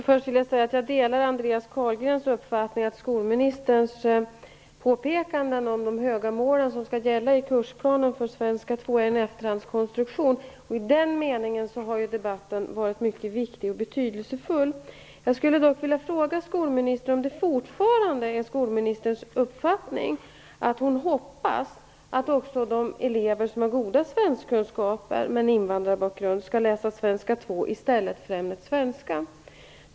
Herr talman! Jag delar Andreas Carlgrens uppfattning att skolministerns påpekande om de höga mål som skall gälla i kursplanen för svenska 2 är en efterhandskonstruktion. I den meningen har debatten varit mycket viktig och betydelsefull. Jag skulle dock vilja fråga skolministern om hon fortfarande hoppas att också de elever som har goda svenskkunskaper men invandrarbakgrund skall läsa svenska 2 i stället för ämnet svenska.